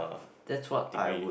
that's what I would